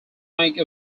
make